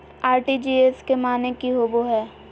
RTGS के माने की होबो है?